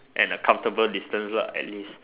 and a comfortable distance lah at least